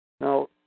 Now